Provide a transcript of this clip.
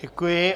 Děkuji.